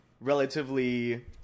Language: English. relatively